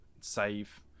Save